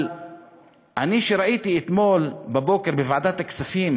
אבל אני, שראיתי אתמול בבוקר בוועדת הכספים